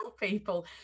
people